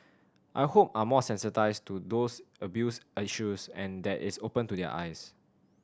I hope are more sensitised to these abuse issues and that it's opened their eyes